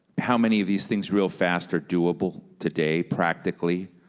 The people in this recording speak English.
how many of these things real fast are doable today practically?